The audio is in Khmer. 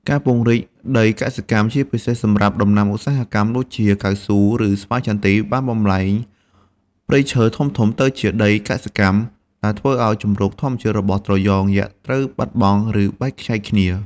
ការពង្រីកដីកសិកម្ម ជាពិសេសសម្រាប់ដំណាំឧស្សាហកម្ម ដូចជាកៅស៊ូ ឬស្វាយចន្ទី បានបំប្លែងព្រៃឈើធំៗទៅជាដីកសិកម្ម ដែលធ្វើឲ្យជម្រកធម្មជាតិរបស់ត្រយងយក្សត្រូវបាត់បង់ ឬបែកខ្ញែកគ្នា។